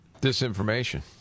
Disinformation